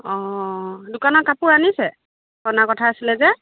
অ' অ' দোকানৰ কাপোৰ আনিছে অনা কথা আছিলে যে